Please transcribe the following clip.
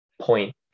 point